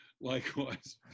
Likewise